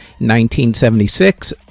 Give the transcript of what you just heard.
1976